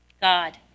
God